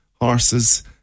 horses